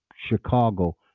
Chicago